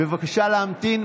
בבקשה להמתין.